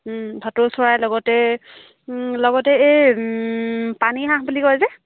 ভাটৌ চৰাই লগতে লগতে এই পানী হাঁহ বুলি কয় যে